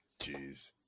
Jeez